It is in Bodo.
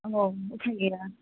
औ उफाय गैया